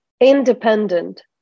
independent